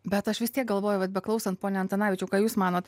bet aš vis tiek galvoju vat beklausant pone antanavičiau ką jūs manot